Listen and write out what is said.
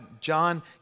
John